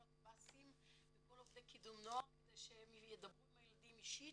הקב"טים וכל עובדי קידום נוער כדי שהם ידברו עם הילדים אישית,